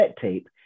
tape